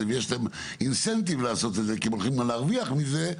זה ויש להן אינסנטיב לעשות את זה כי הם הולכים להרוויח מזה,